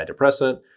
antidepressant